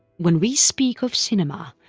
when we speak of cinema,